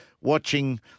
watching